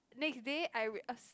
next day I will accept